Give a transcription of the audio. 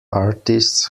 artists